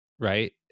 Right